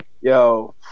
yo